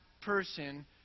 person